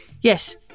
Yes